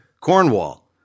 Cornwall